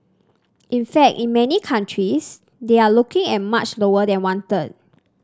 in fact in many countries they are looking at much lower than one third